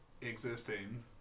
existing